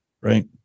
Right